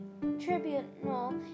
tribunal